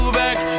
back